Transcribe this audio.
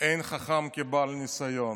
אין חכם כבעל ניסיון.